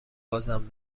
بازم